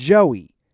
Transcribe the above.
Joey